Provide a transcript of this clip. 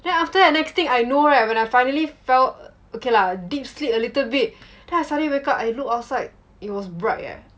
then after the next thing I know right when I finally fell okay lah deep sleep a little bit then I suddenly wake up I look outside it was bright eh